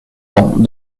banc